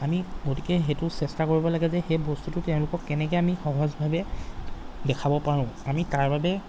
আমি গতিকে সেইটো চেষ্টা কৰিব লাগে যে সেই বস্তুটো তেওঁলোকক কেনেকৈ আমি সহজভাৱে দেখাব পাৰোঁ আমি তাৰ বাবে